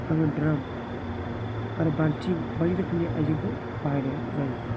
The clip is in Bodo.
आङो द्राम आरो बाल्थिं बायदि रोखोमनि आयजेंखौ बाहायनाय जायो